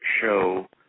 show